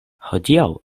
hodiaŭ